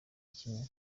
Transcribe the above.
kimwe